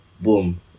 boom